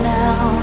now